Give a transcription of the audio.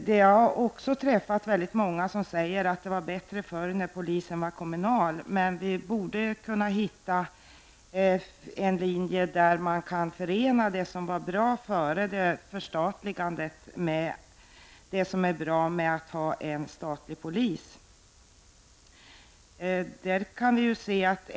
Jag har träffat många som säger att det var bättre förr när polisorganisationen var kommunal men att vi borde kunna hitta en linje, där man kan förena det som var bra före förstatligandet med det som är bra med att ha en statlig polismyndighet.